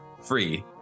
free